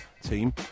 team